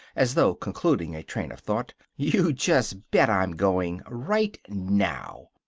as though concluding a train of thought. you just bet i'm going. right now!